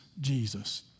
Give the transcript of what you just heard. Jesus